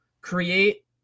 create